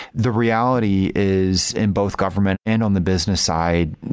the reality is, in both government and on the business side,